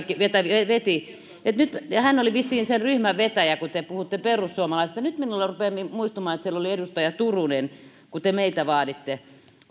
jota veti hän oli vissiin sen ryhmän vetäjä kun te puhutte perussuomalaisista nyt minulla rupeaa muistumaan että siellä oli edustaja turunen kun te meitä vaaditte